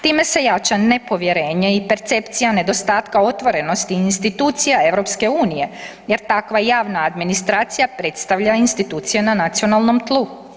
Time se jača nepovjerenje i percepcija nedostatka otvorenosti institucija EU jer takva javna administracija predstavlja institucije na nacionalnom tlu.